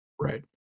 Right